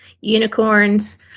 unicorns